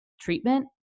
treatment